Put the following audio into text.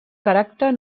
caràcter